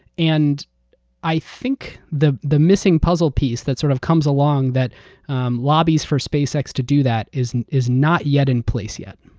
and i think the the missing puzzle piece that sort of comes along, that lobbies for spacex to do that is is not yet in place. yeah.